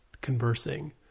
conversing